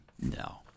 No